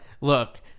look